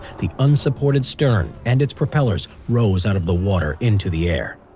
the unsupported stern and its propellers rose out of the water into the air